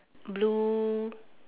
blue